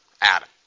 Adam